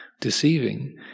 deceiving